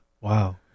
Wow